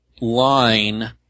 line